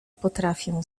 potrafią